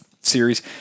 series